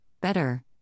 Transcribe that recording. better